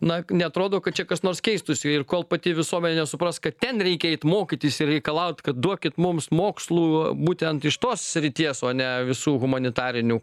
na neatrodo kad čia kas nors keistųsi ir kol pati visuomenė nesupras kad ten reikia eit mokytis ir reikalaut kad duokit mums mokslų būtent iš tos srities o ne visų humanitarinių